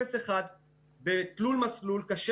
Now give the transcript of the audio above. אפס עד אחד קילומטר בתלול מסלול קשה